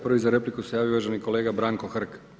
Prvi za repliku se javio uvaženi kolega Branko Hrg.